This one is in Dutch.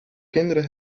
kinderen